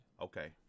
Okay